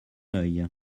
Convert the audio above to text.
œil